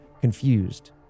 confused